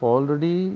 Already